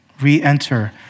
re-enter